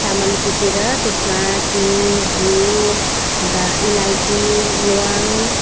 चामल कुटेर त्यसमा चिनी घिउ अन्त अलैँची ल्वाङ